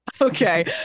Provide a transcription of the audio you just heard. Okay